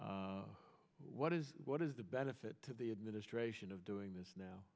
what is what is the benefit to the administration of doing this now